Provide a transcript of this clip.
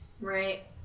Right